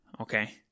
okay